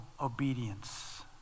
obedience